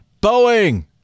Boeing